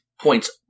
points